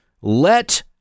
Let